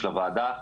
של הוועדה,